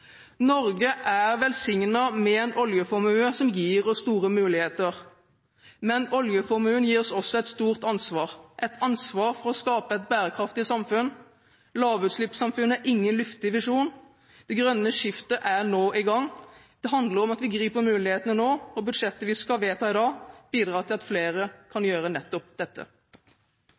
Norge er velsignet med en oljeformue som gir oss store muligheter. Men oljeformuen gir oss også et stort ansvar – et ansvar for å skape et bærekraftig samfunn. Lavutslippssamfunnet er ingen luftig visjon. Det grønne skiftet er nå i gang. Det handler om at vi griper mulighetene nå, og budsjettet vi skal vedta i dag, bidrar til at flere kan gjøre nettopp dette.